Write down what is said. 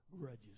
grudges